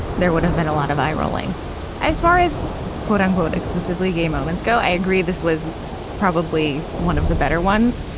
there would have been a lot of eye-rolling as far as quote unquote exclusively gay moments go. i agree this was probably one of the better ones.